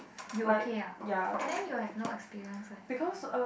you okay ah but then you will have no experience first